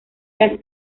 las